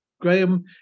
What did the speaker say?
Graham